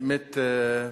האמת,